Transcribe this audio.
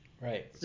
Right